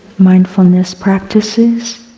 mindfulness practices,